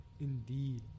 indeed